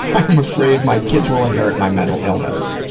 i'm afraid my kids will inherit my mental illness.